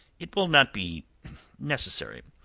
it will not be necessary.